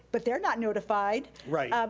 but they're not notified. right. yeah